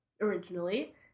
originally